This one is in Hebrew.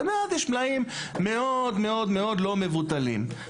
ומאז יש מלאים מאוד-מאוד לא מבוטלים.